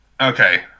Okay